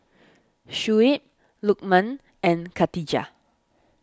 Shuib Lukman and Khatijah